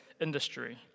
industry